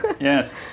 Yes